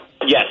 Yes